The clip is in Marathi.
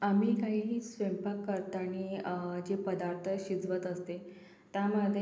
आम्ही काही स्वयंपाक करतांनी जे पदार्थ शिजवत असते त्यामध्ये